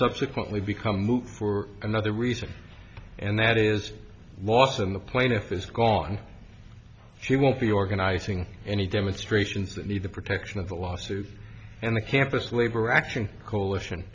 subsequently become moved for another reason and that is lost on the plaintiff is gone she won't be organizing any demonstrations that need the protection of a lawsuit and the campus labor action coalition